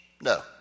No